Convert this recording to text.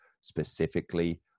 specifically